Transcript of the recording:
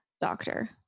doctor